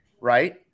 right